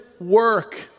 work